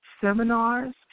seminars